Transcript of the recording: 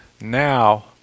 now